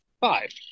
Five